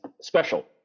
special